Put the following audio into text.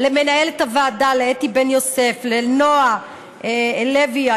למנהלת הוועדה אתי בן-יוסף ולנועה לוי,